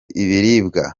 ibirwa